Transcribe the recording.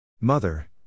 Mother